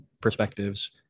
perspectives